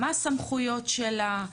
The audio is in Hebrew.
מה הסמכויות שלה,